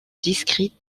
district